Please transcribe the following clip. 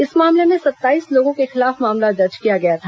इस मामले में सत्ताईस लोगों के खिलाफ मामला दर्ज किया गया था